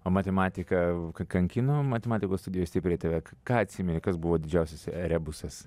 o matematika kankino matematikos studijos stipriai tave ką atsimeni kas buvo didžiausias rebusas